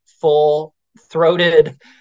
full-throated